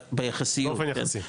ביחסיות,